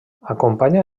acompanya